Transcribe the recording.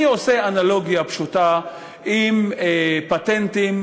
אני עושה אנלוגיה פשוטה עם פטנטים